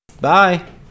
Bye